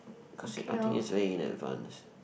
cause I think is very in advanced